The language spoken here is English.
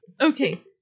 Okay